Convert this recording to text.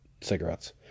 cigarettes